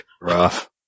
Rough